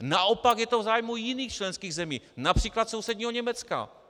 Naopak je to v zájmu jiných členských zemí, například sousedního Německa.